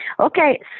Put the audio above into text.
Okay